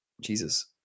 Jesus